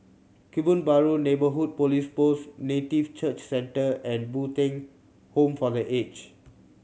Kebun Baru Neighbourhood Police Post Native Church Centre and Bo Tien Home for The Aged